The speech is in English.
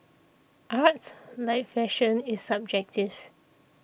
art like fashion is subjective